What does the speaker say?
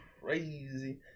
crazy